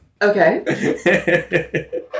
Okay